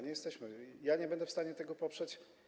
Nie jesteśmy, ja nie będę, w stanie tego poprzeć.